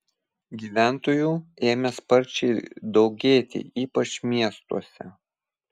gyventojų ėmė sparčiai daugėti ypač miestuose